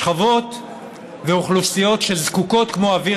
שכבות ואוכלוסיות שזקוקות כמו אוויר